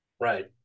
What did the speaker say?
Right